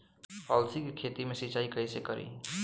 अलसी के खेती मे सिचाई कइसे करी?